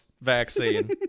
vaccine